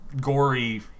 gory